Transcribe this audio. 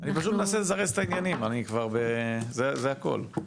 אני פשוט מנסה לזרז את העניינים, זה הכול.